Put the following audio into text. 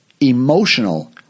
emotional